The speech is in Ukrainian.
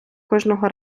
кожного